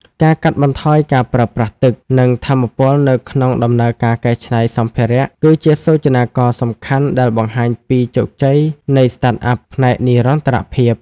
ការកាត់បន្ថយការប្រើប្រាស់ទឹក និងថាមពលនៅក្នុងដំណើរការកែច្នៃសម្ភារៈ គឺជាសូចនាករសំខាន់ដែលបង្ហាញពីជោគជ័យនៃ Startup ផ្នែកនិរន្តរភាព។